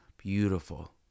Beautiful